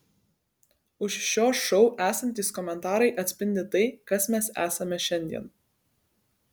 už šio šou esantys komentarai atspindi tai kas mes esame šiandien